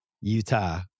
Utah